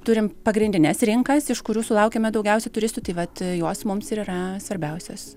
turim pagrindines rinkas iš kurių sulaukiame daugiausiai turistų tai vat jos mums ir yra svarbiausios